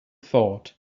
thought